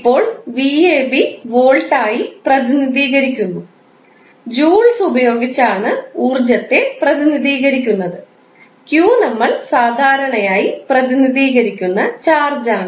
ഇപ്പോൾ 𝑣𝑎𝑏 വോൾട്ട് ആയി പ്രതിനിധീകരിക്കുന്നു ജൂൾസ് ഉപയോഗിച്ചാണ് ഊർജ്ജത്തെ പ്രതിനിധീകരിക്കുന്നത് q നമ്മൾ സാധാരണയായി പ്രതിനിധീകരിക്കുന്ന ചാർജാണ്